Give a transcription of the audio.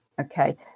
Okay